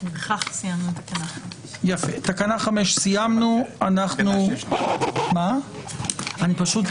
סיימנו את תקנה 5. אנחנו צריכים להגיע